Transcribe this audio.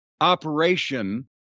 operation